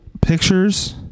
pictures